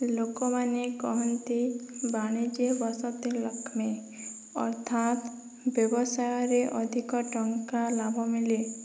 ଲୋକମାନେ କହନ୍ତି ବାଣିଜ୍ୟ ବସତି ଲକ୍ଷ୍ମୀ ଅର୍ଥାତ ବ୍ୟବସାୟରେ ଅଧିକ ଟଙ୍କା ଲାଭ ମିଳେ